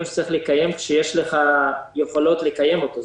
שצריך לקיים כאשר יש לך יכולות לקיים אותו.